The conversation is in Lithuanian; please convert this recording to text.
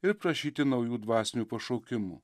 ir prašyti naujų dvasinių pašaukimų